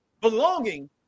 belonging